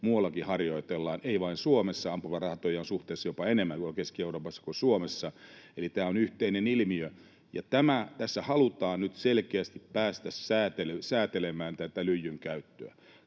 Muuallakin harjoitellaan, ei vain Suomessa, ja ampumaratoja on suhteessa jopa enemmän Keski-Euroopassa kuin Suomessa. Eli tämä on yhteinen ilmiö, ja tässä halutaan nyt selkeästi päästä säätelemään tätä lyijyn käyttöä.